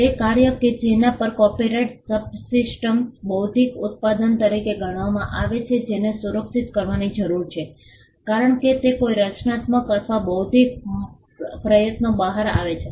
તે કાર્યો કે જેના પર કોપિરાઇટ સબસિસ્ટ્સ બૌદ્ધિક ઉત્પાદન તરીકે ગણવામાં આવે છે જેને સુરક્ષિત કરવાની જરૂર છે કારણ કે તે કોઈ રચનાત્મક અથવા બૌદ્ધિક પ્રયત્નોથી બહાર આવે છે